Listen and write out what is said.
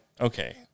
okay